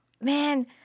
Man